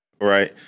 Right